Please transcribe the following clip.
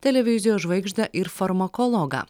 televizijos žvaigždę ir farmakologą